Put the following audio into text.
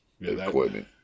equipment